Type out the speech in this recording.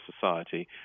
society